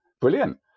Brilliant